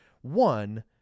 One